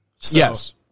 Yes